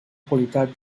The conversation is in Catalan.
qualitat